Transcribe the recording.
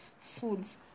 foods